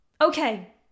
Okay